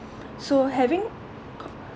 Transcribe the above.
so having